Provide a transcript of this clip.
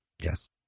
Yes